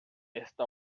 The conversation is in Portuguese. esta